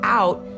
out